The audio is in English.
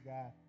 God